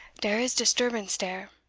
dere is disturbance dere.